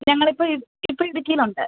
ഞങ്ങളിപ്പോള് ഇപ്പോള് ഇടുക്കിയിലുണ്ട്